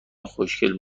خوشگل